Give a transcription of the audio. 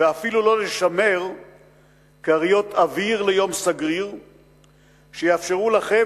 ואפילו לא לשמר כריות אוויר ליום סגריר שיאפשרו לכם